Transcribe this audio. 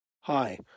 Hi